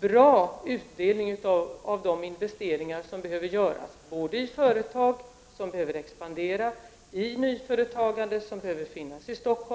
bra utdelning av de investeringar som behöver göras. Detta gäller för företag som behöver expandera, i nyföretagande som behöver finnas i Stockholm.